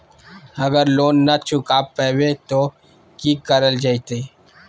अगर लोन न चुका पैबे तो की करल जयते?